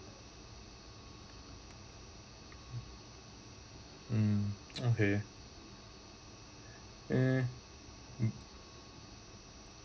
mm okay uh